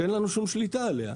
שאין לנו שום שליטה עליו.